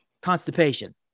constipation